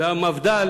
והמפד"ל,